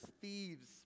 thieves